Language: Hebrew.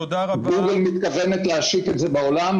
גוגל מתכוונת להשיק את זה בעולם.